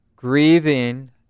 Grieving